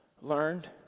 learned